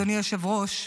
אדוני היושב-ראש,